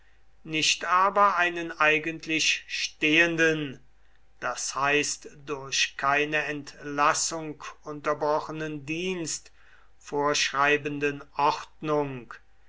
nicht aber einen eigentlich stehenden das heißt durch keine entlassung unterbrochenen dienst vorschreibenden